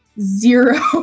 zero